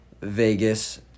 Vegas